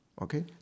okay